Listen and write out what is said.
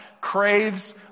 craves